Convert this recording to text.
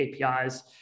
APIs